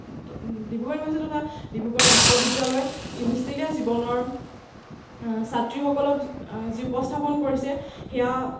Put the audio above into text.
Dibrugarh university তথা ডিব্ৰুগড় বিশ্ববিদ্যালয় যি হোষ্টেলীয়া জীৱনৰ ছাত্ৰীসকলক যি উপস্থাপন কৰিছে সেইয়া